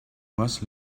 must